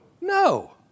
no